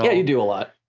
you do a lot.